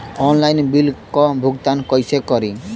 Online bill क भुगतान कईसे करी?